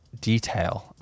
detail